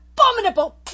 abominable